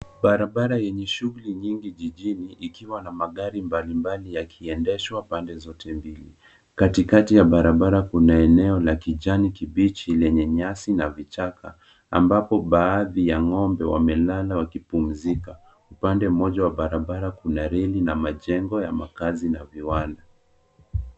Barabara yenye shughuli nyingi jijini, ikiwa na magari mbalimbali yakiendeshwa pande zote mbili. Katikati ya barabara kuna eneo la kijani kibichi lenye nyasi na vichaka, ambapo baadhi ya ng'ombe wamelala wakipumzika. Upande mmoja wa barabara kuna reli na majengo ya makazi na viwanda.